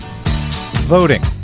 Voting